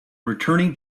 returning